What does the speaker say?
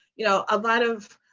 you know a lot of